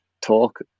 talk